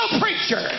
preacher